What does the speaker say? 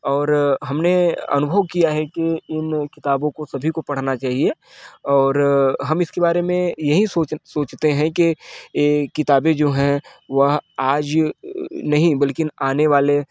और हमने अनुभव किया है कि इन किताबों को सभी को पढ़ना चाहिए और हम इसके बारे में यही सोच सोचते हैं कि अ किताबें जो हैं वह आज नहीं बल्कि आने वाले